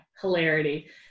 hilarity